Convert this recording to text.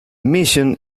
mission